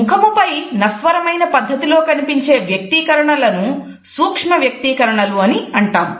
ముఖముపై నశ్వరమైన పద్ధతిలో కనిపించే వ్యక్తీకరణలను సూక్ష్మ వ్యక్తీకరణలు అని అంటాము